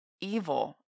evil